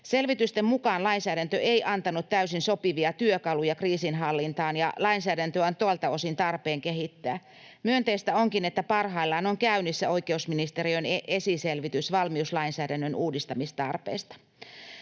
Selvitysten mukaan lainsäädäntö ei antanut täysin sopivia työkaluja kriisinhallintaan, ja lainsäädäntöä on tuolta osin tarpeen kehittää. Myönteistä onkin, että parhaillaan on käynnissä oikeusministeriön esiselvitys valmiuslainsäädännön uudistamistarpeesta.